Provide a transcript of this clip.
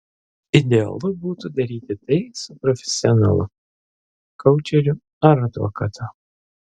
idealu būtų daryti tai su profesionalu koučeriu ar advokatu